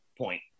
point